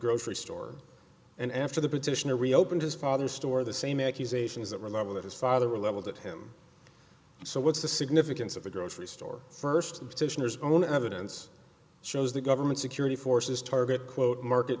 grocery store and after the petition to reopen his father's store the same accusations that were leveled at his father were leveled at him so what's the significance of the grocery store first petitioners own evidence shows the government security forces target quote market